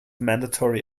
mandatory